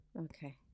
Okay